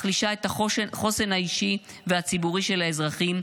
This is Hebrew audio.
מחלישה את החוסן האישי והציבורי של האזרחים,